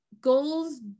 goals